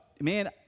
man